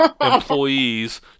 employees